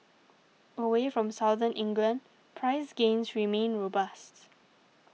away from Southern England price gains remain robust